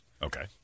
Okay